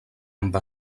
amb